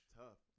tough